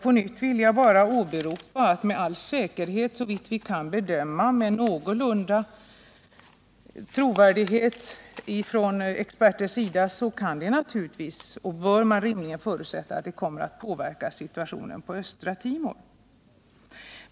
På nytt vill jag bara åberopa att denna materiel med all säkerhet såvitt vi kan bedöma med någorlunda trovärdighet och med ledning av vad experter uppgivit i pressen kan komma att påverka situationen på Östra Timor.